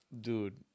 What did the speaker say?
Dude